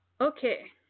Okay